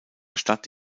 stadt